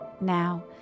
Now